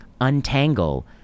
untangle